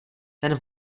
ten